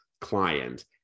client